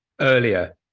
earlier